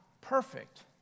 perfect